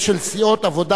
היום שלוש הצעות אי-אמון: